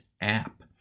app